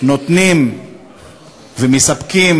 נותנים ומספקים.